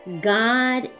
God